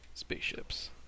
spaceships